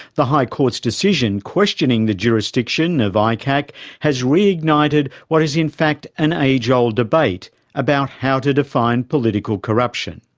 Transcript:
the high court's decision questioning the jurisdiction of icac has reignited what is in fact an age old debate about how to define political corruption,